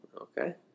Okay